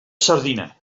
sardina